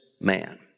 man